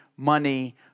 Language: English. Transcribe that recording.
Money